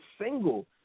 single